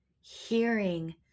hearing